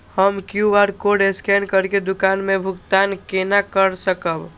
हम QR code scan करके दुकान में भुगतान केना कर सकब?